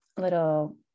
little